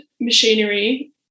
machinery